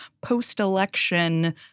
post-election